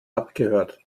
abgehört